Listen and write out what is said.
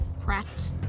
Pratt